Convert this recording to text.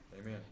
Amen